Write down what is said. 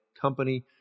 company